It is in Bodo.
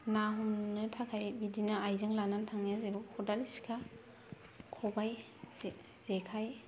ना हमनो थाखाय बिदिनो आइजों लानानै थांनाया जाहैबाय खदाल सिखा खबाइ जे जेखाय